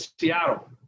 Seattle